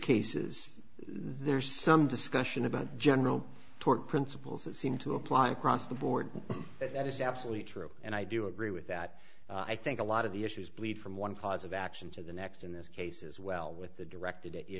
cases there's some discussion about general principles that seem to apply across the board but that is absolutely true and i do agree with that i think a lot of the issues bleed from one cause of action to the next in this case as well with the directed